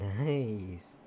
nice